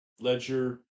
Ledger